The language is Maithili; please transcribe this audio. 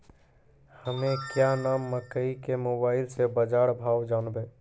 हमें क्या नाम मकई के मोबाइल से बाजार भाव जनवे?